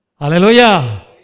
Hallelujah